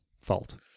fault